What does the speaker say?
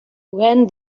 when